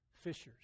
fishers